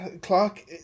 Clark